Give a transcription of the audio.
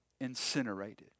incinerated